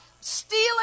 stealing